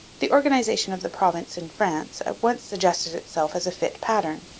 the organization of the province in france at once suggested itself as a fit pattern.